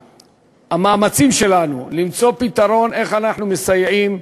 המאמצים שלנו ולמצוא פתרון, איך אנחנו מסייעים,